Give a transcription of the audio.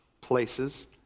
places